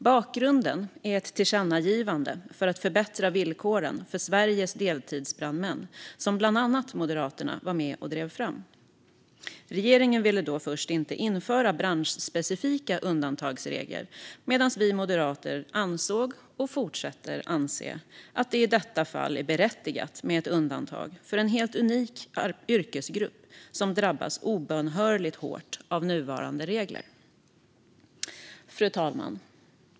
Bakgrunden är ett tillkännagivande för att förbättra villkoren för Sveriges deltidsbrandmän som bland annat Moderaterna var med och drev fram. Regeringen ville då först inte införa branschspecifika undantagsregler, medan vi moderater ansåg, och fortsätter att anse, att det i detta fall är berättigat med ett undantag för en helt unik yrkesgrupp som drabbas obönhörligt hårt av nuvarande regler. Fru talman!